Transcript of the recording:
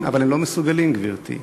אבל הם לא מסוגלים, גברתי.